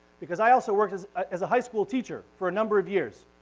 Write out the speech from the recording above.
because i also worked as as a high school teacher for a number of years.